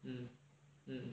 mm mm